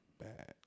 bad